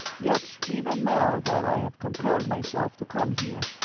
yet, even now that i have compelled myself to come here,